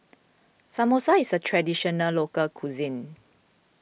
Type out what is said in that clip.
Samosa is a Traditional Local Cuisine